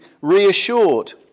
reassured